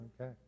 Okay